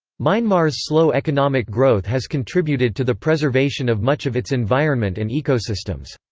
myanmar's slow economic growth has contributed to the preservation of much of its environment and ecosystems.